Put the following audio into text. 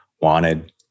wanted